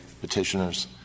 petitioners